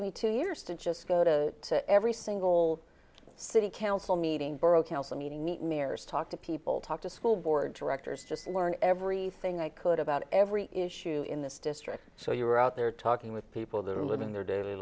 me two years to just go to every single city council meeting borough council meeting meet mayors talk to people talk to school board directors just learn everything i could about every issue in this district so you were out there talking with people that are living their daily